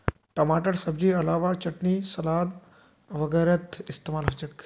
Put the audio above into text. टमाटर सब्जिर अलावा चटनी सलाद वगैरहत इस्तेमाल होचे